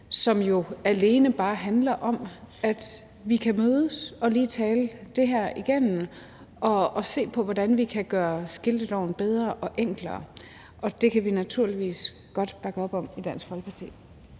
som jo alene bare handler om, at vi kan mødes og lige tale det her igennem og se på, hvordan vi kan gøre skilteloven bedre og enklere. Og det kan vi naturligvis godt bakke op om i Dansk Folkeparti.